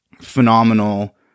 phenomenal